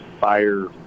fire